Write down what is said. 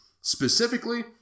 specifically